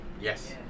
Yes